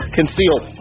concealed